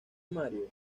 mario